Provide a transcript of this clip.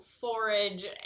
forage